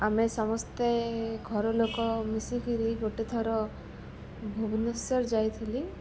ଆମେ ସମସ୍ତେ ଘର ଲୋକ ମିଶିକିରି ଗୋଟେ ଥର ଭୁବନେଶ୍ୱର ଯାଇଥିଲି